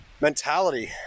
mentality